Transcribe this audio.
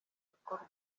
bikorwa